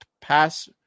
pass